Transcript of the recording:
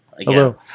Hello